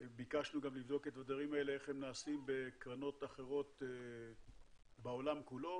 ביקשנו גם לבדוק איך הדברים האלה נעשים בקרנות אחרות בעולם כולו.